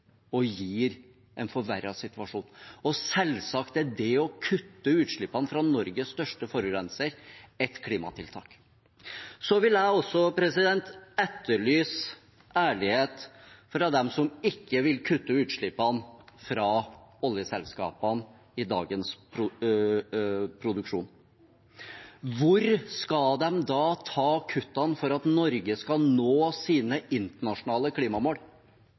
og gir en forverret situasjon. Og selvsagt er det å kutte utslippene fra Norges største forurenser et klimatiltak. Jeg vil også etterlyse ærlighet fra de som ikke vil kutte utslippene fra oljeselskapene i dagens produksjon. Hvor skal de da ta kuttene for at Norge skal nå sine internasjonale klimamål?